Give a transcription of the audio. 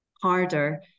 harder